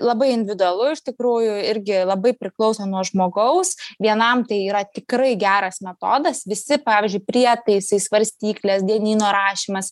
labai individualu iš tikrųjų irgi labai priklauso nuo žmogaus vienam tai yra tikrai geras metodas visi pavyzdžiui prietaisai svarstyklės dienyno rašymas